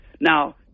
Now